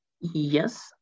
Yes